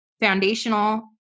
foundational